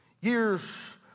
Years